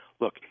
look